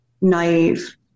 naive